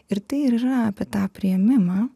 ir tai ir yra apie tą priėmimą